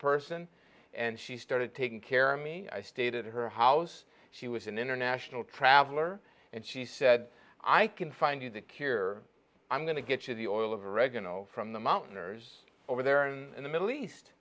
person and she started taking care of me i stayed at her house she was an international traveler and she said i can find you the cure i'm going to get you the oil of oregano from the mountain ors over there and the middle east